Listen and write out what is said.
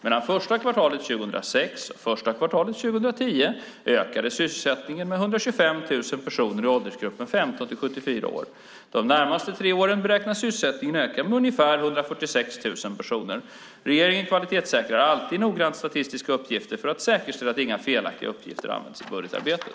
Mellan första kvartalet 2006 och första kvartalet 2010 ökade sysselsättningen med 125 000 personer i åldersgruppen 15-74 år. De närmaste tre åren beräknas sysselsättningen öka med ungefär 146 000 personer. Regeringen kvalitetssäkrar alltid noggrant statistiska uppgifter för att säkerställa att inga felaktiga uppgifter används i budgetarbetet.